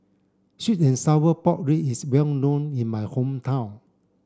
sweet and sour pork rib is well known in my hometown